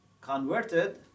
converted